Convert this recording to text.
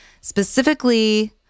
specifically